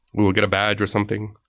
we will get a badge or something.